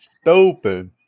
stupid